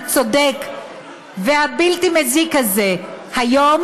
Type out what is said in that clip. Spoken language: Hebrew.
הצודק והבלתי-מזיק הזה היום,